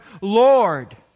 Lord